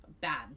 Bad